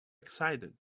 excited